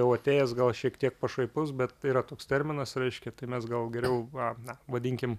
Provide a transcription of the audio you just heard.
jau atėjęs gal šiek tiek pašaipus bet tai yra toks terminas reiškia tai mes gal geriau va na vadinkim